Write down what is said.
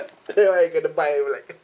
when when you're going to buy you'll be like